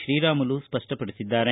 ಶ್ರೀರಾಮುಲು ಸ್ಪಷ್ಟಪಡಿಸಿದ್ದಾರೆ